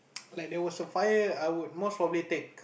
like there was a fire I would most probably take